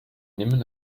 nehmen